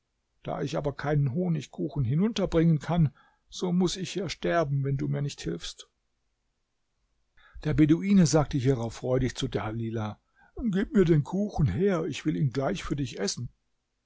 da ich aber keinen honigkuchen hinunterbringen kann so muß ich hier sterben wenn du mir nicht hilfst der beduine sagte hierauf freudig zu dalilah gib mir den kuchen her ich will ihn gleich für dich essen